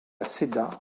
céda